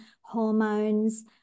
hormones